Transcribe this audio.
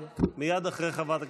אף אחד פה לא